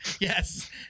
Yes